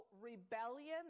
rebellion